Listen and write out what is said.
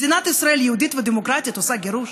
מדינת ישראל יהודית ודמוקרטית עושה גירוש?